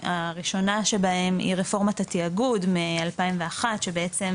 הראשונה שבהם היא רפורמת התאגוד מ-2001 שבעצם